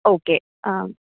okay am